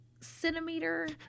centimeter